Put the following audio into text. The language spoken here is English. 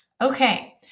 Okay